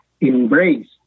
embrace